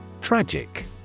Tragic